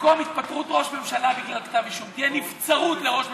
שבמקום התפטרות ראש ממשלה בגלל כתב אישום תהיה נבצרות לראש ממשלה,